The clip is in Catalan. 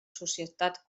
societat